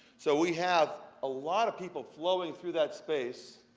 so we have a lot of people flowing through that space.